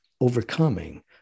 overcoming